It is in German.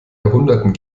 jahrhunderten